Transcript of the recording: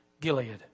Gilead